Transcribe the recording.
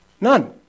None